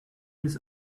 his